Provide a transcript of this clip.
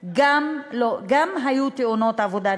גם תאונות עבודה.